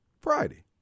Friday